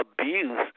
abuse